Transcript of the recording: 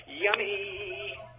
Yummy